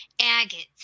agates